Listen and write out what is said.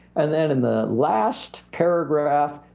and then in the last paragraph,